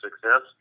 success